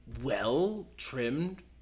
well-trimmed